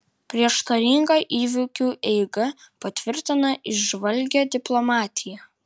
prieštaringa įvykių eiga patvirtina įžvalgią diplomatiją